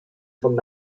von